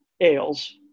ales